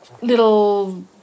little